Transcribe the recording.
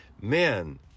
Man